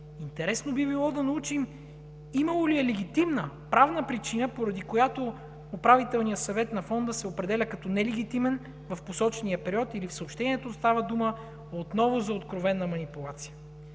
Интересно би било да научим имало ли е легитимна, правна причина, поради която Управителният съвет на Фонда се определя като нелегитимен в посочения период или в съобщението става дума отново за откровена манипулация?